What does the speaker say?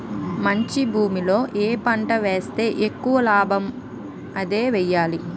మంచి భూమిలో ఏ పంట ఏస్తే ఎక్కువ లాభమో అదే ఎయ్యాలి